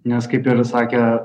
nes kaip ir sakė